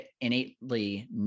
innately